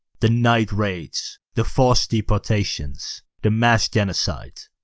the night raids, the forced deportations, the mass genocide.